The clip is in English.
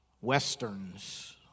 westerns